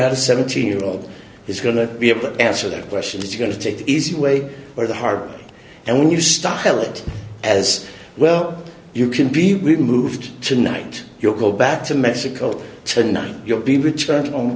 had a seventeen year old is going to be able to answer that question is going to take the easy way or the hard and when you stop tell it as well you can be removed tonight you'll go back to mexico tonight you'll be returned home